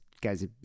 guy's